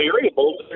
variables